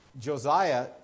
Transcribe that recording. Josiah